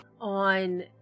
on